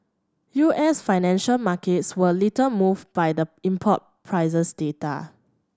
U S financial markets were little moved by the import prices data